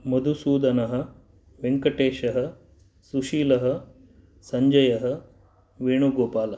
मधुसूदनः वेङ्कटेशः सुशीलः सञ्जयः वेणुगोपालः